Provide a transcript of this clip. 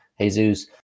Jesus